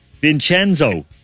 Vincenzo